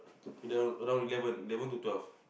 eleven around eleven eleven to twelve